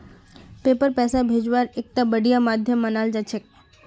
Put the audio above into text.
PayPal पैसा भेजवार एकता बढ़िया माध्यम मानाल जा छेक